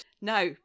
Now